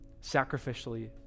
sacrificially